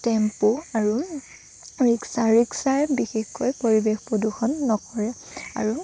tempo আৰু rickshaw ৰিক্সাই বিশেষকৈ পৰিৱেশ প্ৰদূষণ নকৰে আৰু